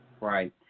Right